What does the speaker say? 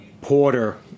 porter